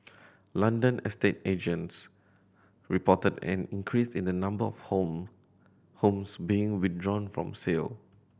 London estate agents reported an increase in the number of home homes being withdrawn from sale